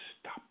stop